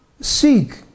seek